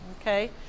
okay